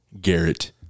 Garrett